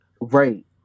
Right